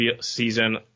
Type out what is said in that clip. season